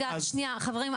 חברים,